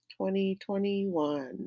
2021